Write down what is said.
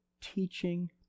teaching